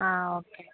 ആ ഓക്കെ